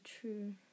true